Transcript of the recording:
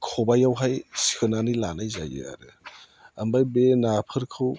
खबायावहाय सोनानै लानाय जायो आरो ओमफ्राय बे नाफोरखौ